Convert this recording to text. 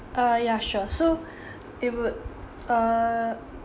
uh ya sure so it would uh